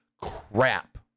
crap